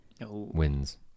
wins